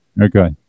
Okay